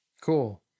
Cool